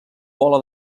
bola